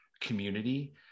community